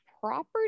property